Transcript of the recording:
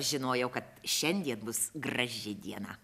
žinojau kad šiandien bus graži diena